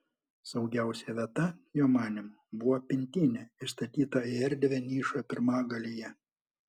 saugiausia vieta jo manymu buvo pintinė įstatyta į erdvią nišą pirmagalyje